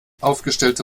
aufgestellte